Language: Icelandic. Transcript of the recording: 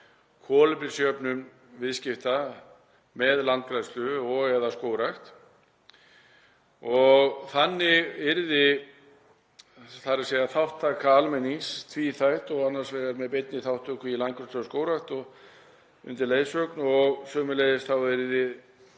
kolefnisjöfnun viðskipta með landgræðslu og/eða skógrækt. Þannig yrði þátttaka almennings tvíþætt, annars vegar með beinni þátttöku í landgræðslu og skógrækt undir leiðsögn og sömuleiðis yrði